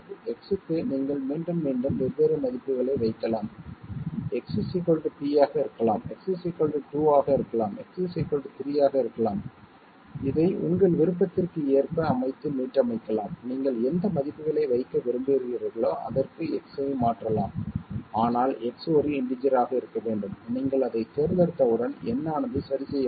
X க்கு நீங்கள் மீண்டும் மீண்டும் வெவ்வேறு மதிப்புகளை வைக்கலாம் X P ஆக இருக்கலாம் X 2 ஆக இருக்கலாம் X 3 ஆக இருக்கலாம் இதை உங்கள் விருப்பத்திற்கு ஏற்ப அமைத்து மீட்டமைக்கலாம் நீங்கள் எந்த மதிப்புகளை வைக்க விரும்புகிறீர்களோ அதற்கு X ஐ மாற்றலாம் ஆனால் X ஒரு இண்டீஜர் ஆக இருக்க வேண்டும் நீங்கள் அதைத் தேர்ந்தெடுத்தவுடன் n ஆனது சரி செய்யப்படும்